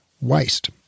waste